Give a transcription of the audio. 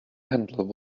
handle